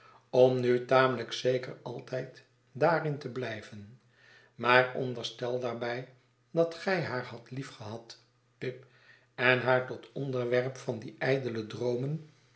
om nutamelijk zeker altijd daarin te blijven maar onderstel daarbij dat gij haar hadt liefgehad pip en haar tot onderwerp van die ijdele droomen